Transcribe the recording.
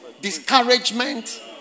discouragement